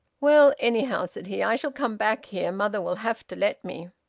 well, anyhow, said he, i shall come back here. mother will have to let me.